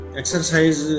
exercise